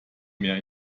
mehr